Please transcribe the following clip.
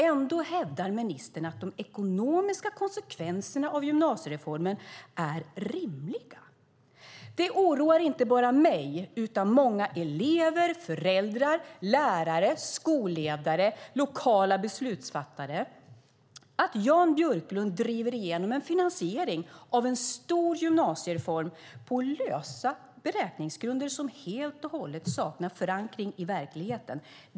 Ändå hävdar ministern att de ekonomiska konsekvenserna av gymnasiereformen är rimliga. Det oroar inte bara mig utan många elever, föräldrar, lärare, skolledare och lokala beslutsfattare att Jan Björklund driver igenom en finansiering av en stor gymnasiereform på lösa beräkningsgrunder som helt och hållet saknar förankring i verkligheten.